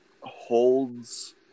Holds